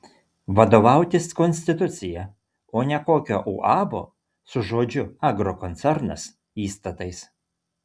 vadovautis konstitucija o ne kokio uabo su žodžiu agrokoncernas įstatais